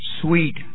sweet